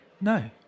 no